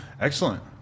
Excellent